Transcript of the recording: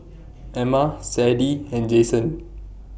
Emma Sadie and Jason